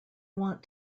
want